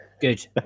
good